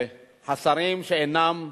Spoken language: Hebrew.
השרים שאינם,